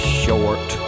short